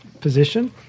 position